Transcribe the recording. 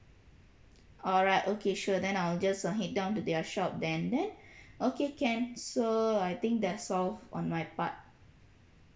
alright okay sure then I'll just uh head down to their shop then then okay can so I think that's all on my part